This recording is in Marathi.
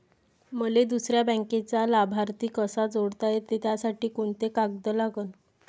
मले दुसऱ्या बँकेचा लाभार्थी कसा जोडता येते, त्यासाठी कोंते कागद लागन?